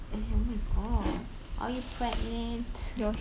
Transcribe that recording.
as in oh my god are you pregnant